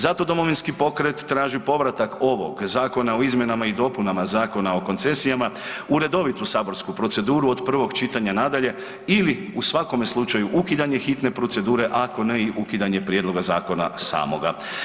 Zato Domovinski pokret traži povratak ovog zakona o izmjenama i dopunama Zakona o koncesijama u redovitu saborsku proceduru od prvog čitanja nadalje ili u svakome slučaju ukidanje hitne procedure ako ne i ukidanje prijedloga zakona samoga.